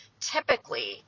typically